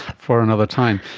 for another time,